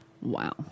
Wow